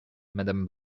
madame